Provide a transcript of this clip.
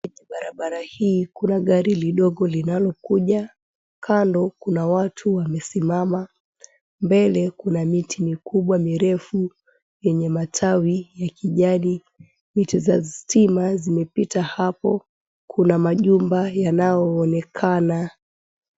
Barabara hii kuna gari lidogo linalokuja, kando kuna watu wamesimama mbele kuna miti mikubwa mirefu yenye matawi ya kijani. Miti za stima zimepita hapo kuna majumba yanayoonekana.